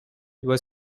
was